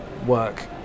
work